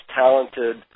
talented